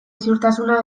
ziurtasuna